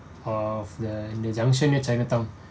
of the in the junction near chinatown